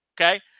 okay